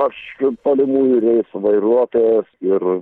aš tolimųjų reisų vairuotojas ir